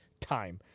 time